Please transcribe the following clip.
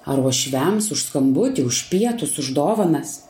ar uošviams už skambutį už pietus už dovanas